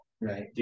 Right